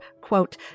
quote